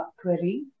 query